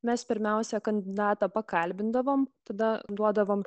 mes pirmiausia kandidatą pakalbindavome tada duodavome